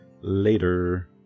Later